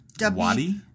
Wadi